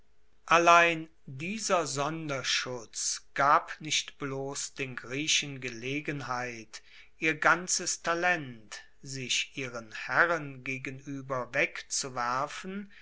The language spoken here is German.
allein dieser sonderschutz gab nicht bloss den griechen gelegenheit ihr ganzes talent sich ihren herren gegenueber wegzuwerfen